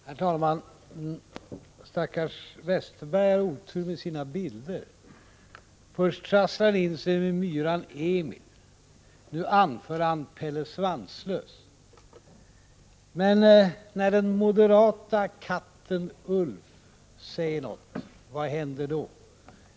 Herr talman! Stackars Westerberg har otur med sina bilder. Först trasslar han in sig med myran Emil. Nu anför han Pelle Svanslös. Men när den moderata katten Ulf säger någonting, vad händer då?